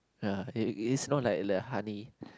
uh is is not like the honey